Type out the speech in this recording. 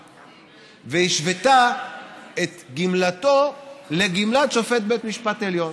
והשוותה את גמלתו לגמלת שופט בית משפט עליון.